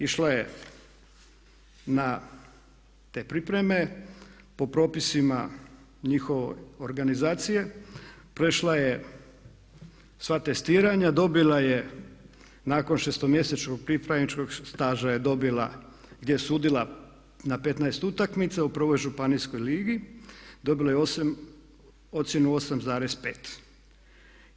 Išla je na te pripreme, po propisima njihove organizacije, prešla je sva testiranja, dobila je nakon šestomjesečnog pripravničkog staža je dobila, je sudila na petnaest utakmica u prvoj županijskoj ligi, dobila je ocjenu 8,5.